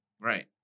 Right